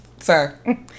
sir